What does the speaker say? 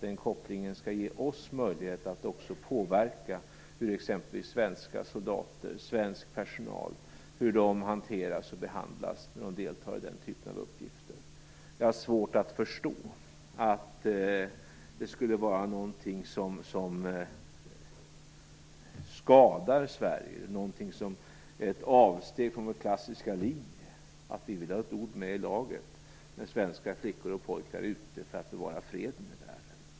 Denna koppling skall ge oss möjlighet att också påverka hur exempelvis svenska soldater och svensk personal behandlas när de deltar i den typen av uppgifter. Jag har svårt att förstå att det skulle vara någonting som skadar Sverige och ett avsteg från vår klassiska linje att vi vill ha ett ord med i laget när svenska flickor och pojkar är ute för att bevara freden i världen.